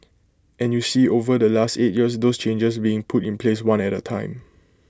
and you see over the last eight years those changes being put in place one at A time